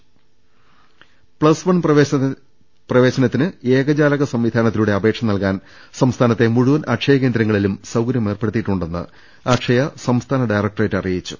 രദ്ദേഷ്ടങ പ്പസ്വൺ പ്രവേശനത്തിന് ഏകജാലക സംവിധാനത്തിലൂടെ അപേക്ഷ നൽകാൻ സംസ്ഥാനത്തെ മുഴുവൻ അക്ഷയ കേന്ദ്രങ്ങളിലും സൌകര്യ മേർപ്പെടുത്തിയിട്ടുണ്ടെന്ന് അക്ഷയ സംസ്ഥാന ഡയറക്ടറേറ്റ് അറിയിച്ചു